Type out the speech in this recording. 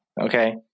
Okay